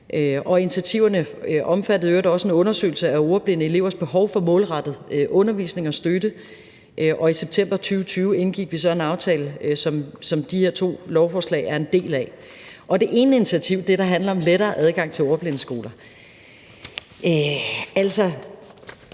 Initiativerne omfattede i øvrigt også en undersøgelse af ordblinde elevers behov for målrettet undervisning og støtte. Og i september 2020 indgik vi så en aftale, som de her to lovforslag er en del af. Kl. 17:13 Det ene initiativ handler om lettere adgang til ordblindeskoler.